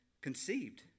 conceived